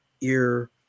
ear